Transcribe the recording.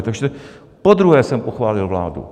Takže podruhé jsem pochválil vládu.